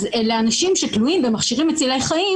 אז לאנשים שתלויים במכשירים חשמליים מצילי חיים